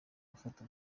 gufata